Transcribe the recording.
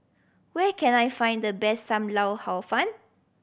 where can I find the best Sam Lau Hor Fun